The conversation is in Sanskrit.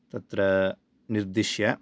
तत्र निर्दिश्य